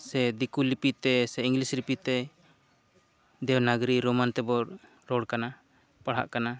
ᱥᱮ ᱫᱤᱠᱩ ᱞᱤᱯᱤ ᱛᱮ ᱥᱮ ᱤᱝᱞᱤᱥ ᱞᱤᱯᱤ ᱛᱮ ᱫᱮᱵᱽᱱᱟᱜᱽᱨᱤ ᱨᱳᱢᱟᱱ ᱛᱮᱵᱚᱱ ᱨᱚᱲ ᱠᱟᱱᱟ ᱯᱟᱲᱦᱟᱜ ᱠᱟᱱᱟ